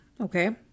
okay